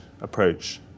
approach